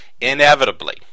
Inevitably